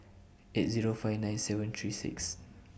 eight Zero five nine seven three six